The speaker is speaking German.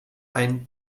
ein